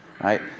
Right